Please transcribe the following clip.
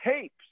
tapes